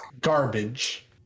garbage